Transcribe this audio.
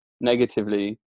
negatively